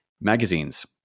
magazines